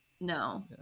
No